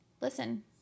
listen